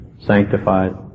sanctified